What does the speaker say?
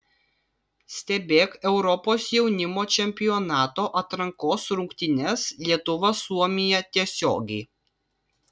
stebėk europos jaunimo čempionato atrankos rungtynes lietuva suomija tiesiogiai